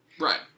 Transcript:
Right